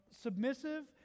submissive